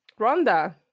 Rhonda